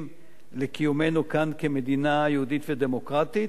לקיומנו כאן כמדינה יהודית ודמוקרטית.